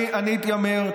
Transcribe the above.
אני אתיימר.